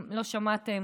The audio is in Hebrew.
אם לא שמעתם,